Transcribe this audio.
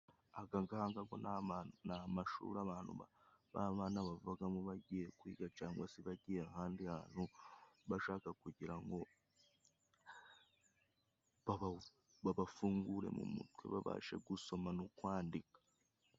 Agangaga go ni amashuri abantu b'abana bavagamo bagiye kwiga, cangwa se bagiye ahandi hantu bashaka kugira ngo babafungure mu mutwe, babashe gusoma no kwandika.